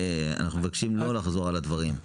אנחנו מבקשים לא לחזור על הדברים.